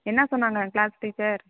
என்ன சொன்னாங்க class teacher